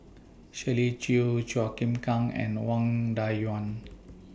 Shirley Chew Chua Chim Kang and Wang Dayuan